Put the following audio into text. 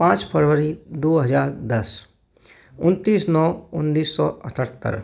पाँच फरवरी दो हज़ार दस उनतीस नौ उन्नीस सौ अठहत्तर